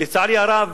לצערי הרב,